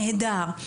נהדר,